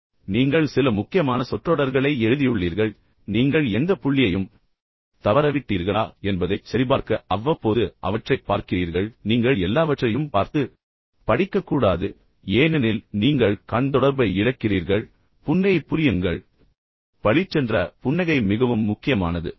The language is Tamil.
எனவே நீங்கள் சில முக்கியமான சொற்றொடர்களை எழுதியுள்ளீர்கள் எனவே நீங்கள் எந்த புள்ளியையும் தவறவிட்டீர்களா என்பதைச் சரிபார்க்க அவ்வப்போது அவற்றைப் பார்க்கிறீர்கள் ஆனால் நீங்கள் எல்லாவற்றையும் பார்த்து பார்வையாளர்களுக்கு அதைப் படிக்கக்கூடாது ஏனெனில் நீங்கள் கண் தொடர்பை இழக்கிறீர்கள் புன்னகை புரியுங்கள் பின்னர் நான் சொன்னது போல் பளிச்சென்ற புன்னகை மிகவும் முக்கியமானது